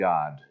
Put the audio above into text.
God